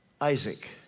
Isaac